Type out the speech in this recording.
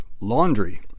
Laundry